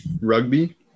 Rugby